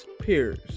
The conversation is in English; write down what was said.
peers